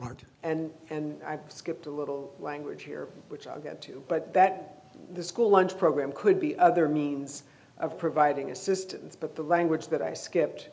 market and and i skipped a little language here which i'll get to but that the school lunch program could be other means of providing assistance but the language that i skipped